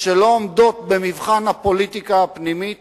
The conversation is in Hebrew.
שלא עומדות במבחן הפוליטיקה הפנימית